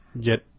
get